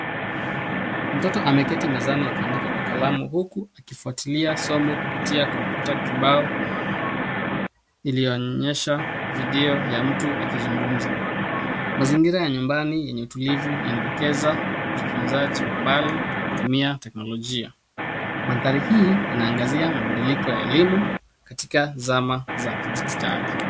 Mtoto ameketi mezani akiandika kwa kalamu huku akifuatilia somo kupitia komputa kibao ilyoonyesha video ya mtu akizugumza. Mazingira ya nyumbani yenye utulivu yanadokeza ujifuzaji wa mbali kwa kutumia teknolojia madhari hii inaangazia mabadiliko ya elimu katika teknolojia.